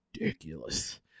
ridiculous